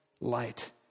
light